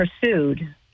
pursued